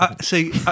see